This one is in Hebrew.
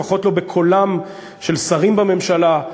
לפחות לא בקולם של שרים בממשלה,